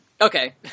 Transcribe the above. Okay